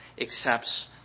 accepts